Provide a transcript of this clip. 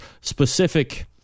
specific